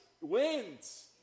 wins